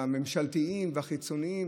הממשלתיים והחיצוניים,